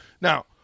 Now